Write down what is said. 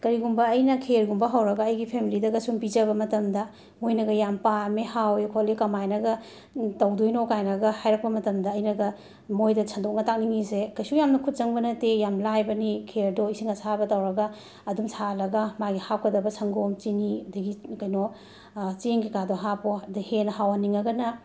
ꯀꯔꯤꯒꯨꯝꯕ ꯑꯩꯅ ꯈꯦꯔꯒꯨꯝꯕ ꯍꯧꯔꯒ ꯑꯩꯒꯤ ꯐꯦꯝꯂꯤꯗꯒ ꯁꯨꯝ ꯄꯤꯖꯕ ꯃꯇꯝꯗ ꯃꯣꯏꯅꯒ ꯌꯥꯝꯅ ꯄꯥꯝꯃꯦ ꯍꯥꯎꯋꯦ ꯈꯣꯠꯂꯦ ꯀꯃꯥꯏꯅꯒ ꯇꯧꯗꯣꯏꯅꯣ ꯀꯥꯏꯅꯒ ꯍꯥꯏꯔꯛꯄ ꯃꯇꯝꯗ ꯑꯩꯅꯒ ꯃꯣꯏꯗ ꯁꯟꯗꯣꯛꯅ ꯇꯥꯛꯅꯤꯡꯉꯤꯁꯦ ꯀꯔꯤꯁꯨ ꯌꯥꯝꯅ ꯈꯨꯠ ꯆꯪꯕ ꯅꯠꯇꯦ ꯌꯥꯝ ꯂꯥꯏꯕꯅꯤ ꯈꯦꯔꯗꯨ ꯏꯁꯤꯡ ꯑꯁꯥꯕ ꯇꯧꯔꯒ ꯑꯗꯨꯝ ꯁꯥꯍꯜꯂꯒ ꯃꯥꯒꯤ ꯍꯥꯞꯀꯗꯕ ꯁꯪꯒꯣꯝ ꯆꯤꯅꯤ ꯑꯗꯒꯤ ꯀꯔꯤꯅꯣ ꯆꯦꯡ ꯀꯩ ꯀꯥꯗꯣ ꯍꯥꯞꯄꯣ ꯑꯗꯒꯤ ꯍꯦꯟꯅ ꯍꯥꯎꯍꯟꯅꯤꯡꯉꯒꯅ